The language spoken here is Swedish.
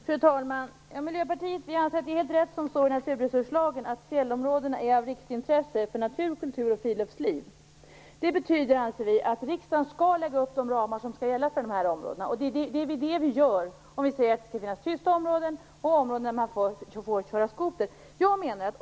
Fru talman! Miljöpartiet anser att det är rätt som det står i naturresurslagen. Fjällområdena är av riksintresse för natur, kultur och friluftsliv. Det betyder, anser vi, att riksdagen skall lägga upp de ramar som skall gälla för de här områdena. Det är det vi gör om vi säger att det skall finnas tysta områden och områden där man får köra skoter.